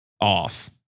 off